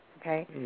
Okay